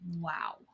Wow